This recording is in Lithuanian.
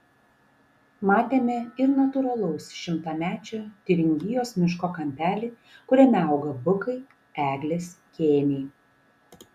matėme ir natūralaus šimtamečio tiuringijos miško kampelį kuriame auga bukai eglės kėniai